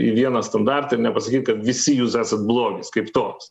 į vieną standartą ir nepasakyt kad visi jūs esat blogis kaip toks